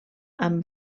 amb